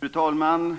Fru talman!